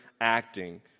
acting